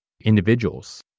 individuals